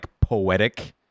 poetic